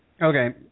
Okay